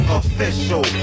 official